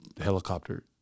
helicopter